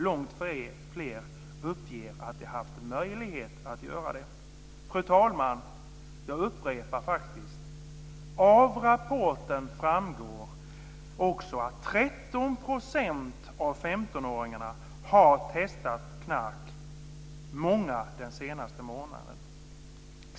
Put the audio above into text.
Långt fler uppger att de haft möjlighet att göra det. Fru talman! Jag upprepar faktiskt detta: Av rapporten framgår också att 13 % av 15 åringarna har testat knark, många under den senaste månaden.